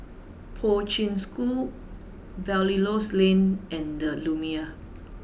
Poi Ching School Belilios Lane and the Lumiere